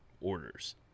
orders